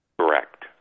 Correct